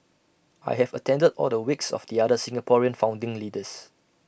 I have attended all the wakes of the other Singaporean founding leaders